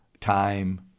time